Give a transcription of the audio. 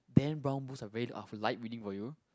Dan Brown books are very of light reading for you